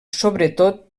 sobretot